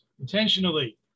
intentionally